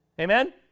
Amen